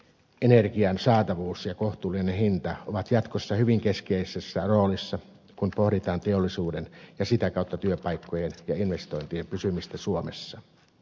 energian saatavuus ja kohtuullinen hinta ovat jatkossa hyvin keskeisessä roolissa kun pohditaan teollisuuden ja sitä kautta työpaikkojen ja investointien pysymistä suomessa